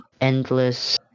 endless